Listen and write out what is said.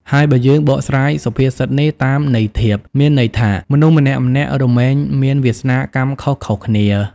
ហើយបើយើងបកស្រាយសុភាសិតនេះតាមន័យធៀប មានន័យថា មនុស្សម្នាក់ៗរមែងមានវាសនាកម្មខុសៗគ្នា ។